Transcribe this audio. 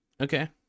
Okay